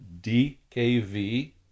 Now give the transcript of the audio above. D-K-V